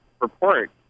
report